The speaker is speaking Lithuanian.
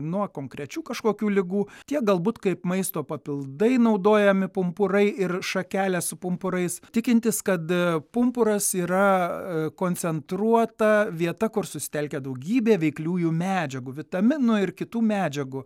nuo konkrečių kažkokių ligų tiek galbūt kaip maisto papildai naudojami pumpurai ir šakelės su pumpurais tikintis kad pumpuras yra koncentruota vieta kur susitelkia daugybė veikliųjų medžiagų vitaminų ir kitų medžiagų